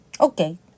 Okay